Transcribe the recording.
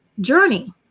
journey